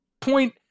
point